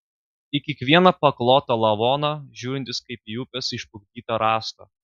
į kiekvieną paklotą lavoną žiūrintis kaip į upės išplukdytą rąstą